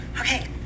okay